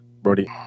Brody